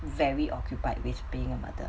very occupied with being a mother